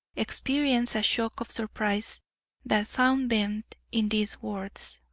experienced a shock of surprise that found vent in these words